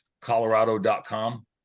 colorado.com